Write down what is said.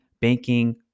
banking